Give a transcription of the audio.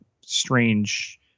strange